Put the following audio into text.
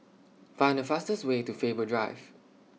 Find The fastest Way to Faber Drive